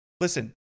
listen